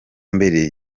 mbere